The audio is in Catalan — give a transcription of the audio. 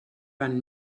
van